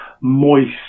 Moist